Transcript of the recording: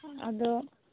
ᱟᱫᱚ